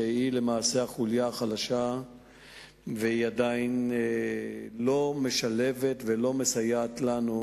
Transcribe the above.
שהיא למעשה החוליה החלשה והיא עדיין לא משולבת ולא מסייעת לנו,